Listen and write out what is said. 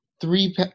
three